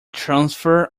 transfer